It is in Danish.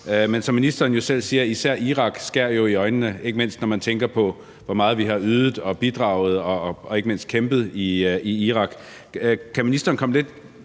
Men som ministeren jo selv siger: Især situationen i Irak skærer jo i øjnene, ikke mindst når man tænker på, hvor meget vi har ydet, bidraget og kæmpet i Irak. Kan ministeren komme lidt